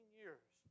years